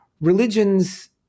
religions